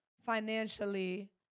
financially